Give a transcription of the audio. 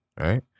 right